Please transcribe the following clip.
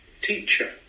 Teacher